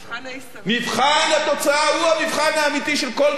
מבחן התוצאה הוא המבחן האמיתי של כל ממשלה,